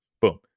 Boom